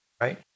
Right